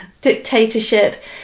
Dictatorship